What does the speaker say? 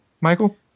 Michael